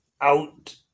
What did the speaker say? out